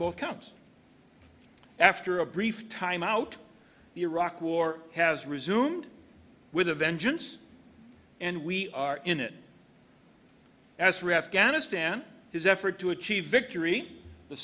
both comes after a brief time out the iraq war has resumed with a vengeance and we are in it as ref gonna stand his effort to achieve victory the